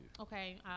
Okay